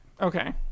Okay